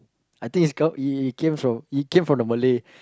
I think it's come it came from it came from the Malay